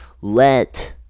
let